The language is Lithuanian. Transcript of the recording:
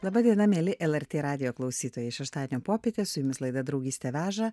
laba diena mieli lrt radijo klausytojai šeštadienio popietę su jumis laida draugystė veža